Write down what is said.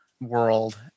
world